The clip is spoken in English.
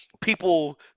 people